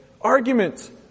arguments